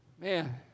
Man